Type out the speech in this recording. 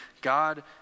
God